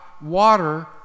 water